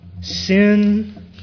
Sin